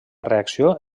reacció